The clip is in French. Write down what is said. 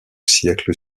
siècle